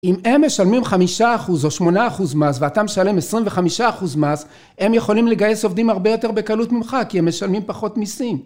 אם הם משלמים חמישה אחוז או שמונה אחוז מס, ואתה משלם עשרים וחמישה אחוז מס, הם יכולים לגייס עובדים הרבה יותר בקלות ממך, כי הם משלמים פחות מיסים.